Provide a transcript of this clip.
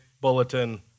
bulletin